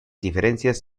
diferencias